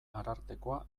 arartekoa